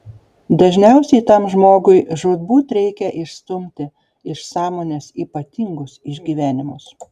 dažniausiai tam žmogui žūtbūt reikia išstumti iš sąmonės ypatingus išgyvenimus